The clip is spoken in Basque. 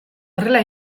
horrela